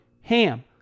HAM